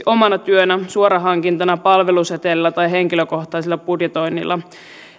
omana työnä suorahankintana palveluseteleillä tai henkilökohtaisella budjetoinnilla